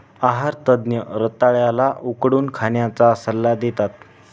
आहार तज्ञ रताळ्या ला उकडून खाण्याचा सल्ला देतात